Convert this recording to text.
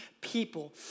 people